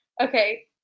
Okay